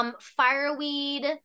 fireweed